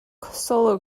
solo